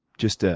just ah